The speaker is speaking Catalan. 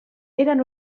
eren